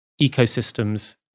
ecosystems